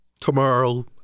tomorrow